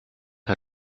had